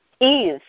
Ease